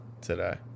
today